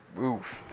oof